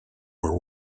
were